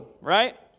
right